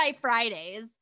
Fridays